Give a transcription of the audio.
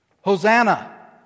Hosanna